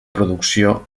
producció